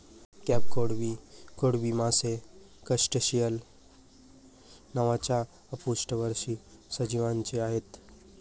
crab, कोळंबी, कोळंबी मासे क्रस्टेसिअन्स नावाच्या अपृष्ठवंशी सजीवांचे आहेत